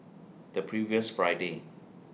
The previous Friday